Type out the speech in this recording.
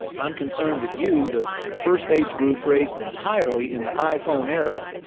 i'm concerned that you, the first age group raised entirely in the iphone era,